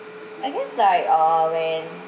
I guess like uh where